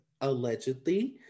allegedly